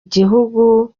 gihugu